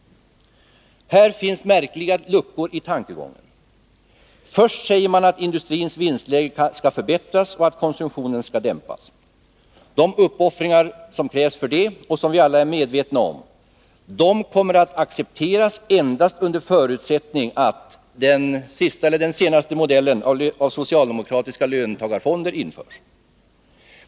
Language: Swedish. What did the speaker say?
Här finns märkliga luckor i tankegången. Först säger man att industrins vinstläge skall förbättras och att konsumtionen skall dämpas. De uppoffringar som krävs för detta och som vi alla är medvetna om kommer att accepteras endast under förutsättning att den sista — eller senaste — modellen av socialdemokratiska löntagarfonder införs.